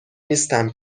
نیستم